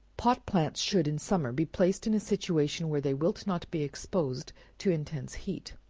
pot plants should in summer be placed in a situation where they wilt not be exposed to intense heat.